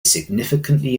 significantly